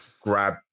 grab